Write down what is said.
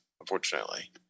unfortunately